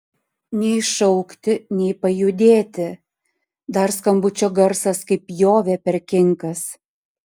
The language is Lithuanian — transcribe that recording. nei šaukti nei pajudėti dar skambučio garsas kaip pjovė per kinkas